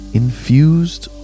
infused